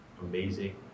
amazing